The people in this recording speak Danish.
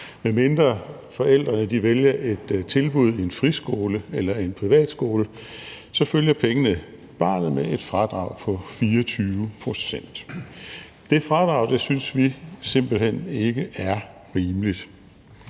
Medmindre forældrene vælger et tilbud i en friskole eller i en privatskole, følger pengene barnet med et fradrag på 24 pct. Det fradrag synes vi simpelt hen ikke er rimeligt.